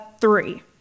three